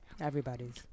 Everybody's